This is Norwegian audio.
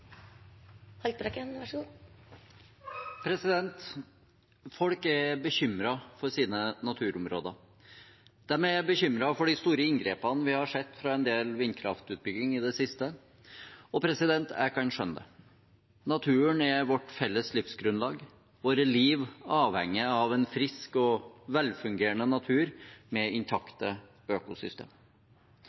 for sine naturområder. De er bekymret for de store inngrepene vi har sett fra en del vindkraftutbygging i det siste. Jeg kan skjønne det. Naturen er vårt felles livsgrunnlag. Våre liv avhenger av en frisk og velfungerende natur med intakte økosystem.